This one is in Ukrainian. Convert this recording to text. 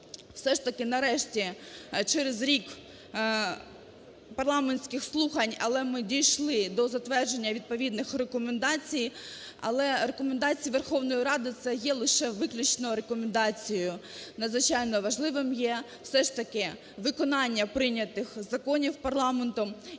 все ж таки нарешті через рік парламентських слухань, але ми дійшли до затвердження відповідних рекомендацій, але рекомендації Верховної Ради це є лише виключно рекомендації. Надзвичайно важливим є все ж таки виконання прийнятих законів парламентом